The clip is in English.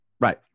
Right